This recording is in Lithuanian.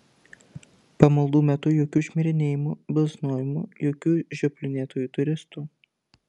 pamaldų metu jokių šmirinėjimų bilsnojimų jokių žioplinėtojų turistų